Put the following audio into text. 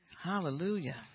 Hallelujah